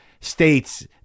states